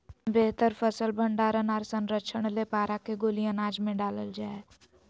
बेहतर फसल भंडारण आर संरक्षण ले पारा के गोली अनाज मे डालल जा हय